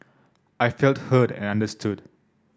I felt heard and understood